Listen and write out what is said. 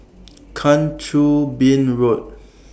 Kang Choo Bin Road